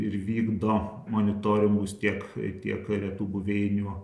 ir vykdo monitoringus tiek tiek retų buveinių